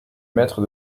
maître